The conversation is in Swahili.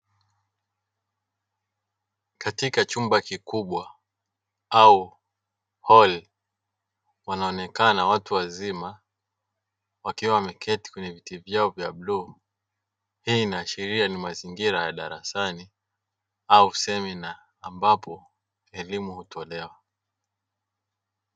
Katika chumba kikubwa au holi wanaonekana watu wazima wakiwa wameketi kwenye viti vyao vya bluu; hii inaashiria ni mazingira ya darasani au semina ambapo elimu hutolewa.